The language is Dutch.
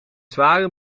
zware